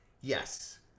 Yes